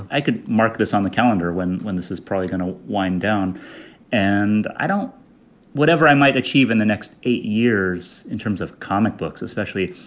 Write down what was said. i could mark this on the calendar when when this is probably gonna wind down and i don't whatever i might achieve in the next eight years in terms of comic books especially,